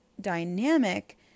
dynamic